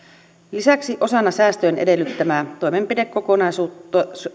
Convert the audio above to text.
lisäksi osana säästöjen edellyttämää toimenpidekokonaisuutta